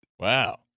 Wow